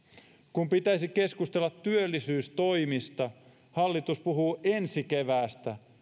kun pitäisi keskustella työllisyystoimista hallitus puhuu ensi keväästä